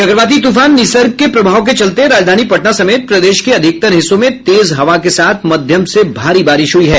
चक्रवाती तूफान निसर्ग के प्रभाव के चलते राजधानी पटना समेत प्रदेश के अधिकतर हिस्सों में तेज हवा के साथ मध्यम से भारी बारिश हुई है